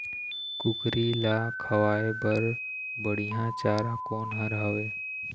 कुकरी ला खवाए बर बढीया चारा कोन हर हावे?